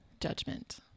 judgment